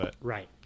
Right